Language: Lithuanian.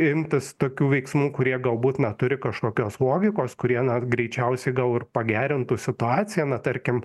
imtasi tokių veiksmų kurie galbūt na turi kažkokios logikos kurie na greičiausiai gal ir pagerintų situaciją na tarkim